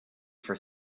for